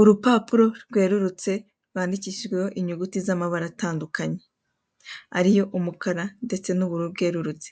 Urupapuro rwerurutse rwandikishijweho inyuguti z'amabara atandukanye, ariyo umukara ndetse n'ubururu bwerurutse,